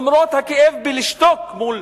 למרות הכאב בלשתוק מול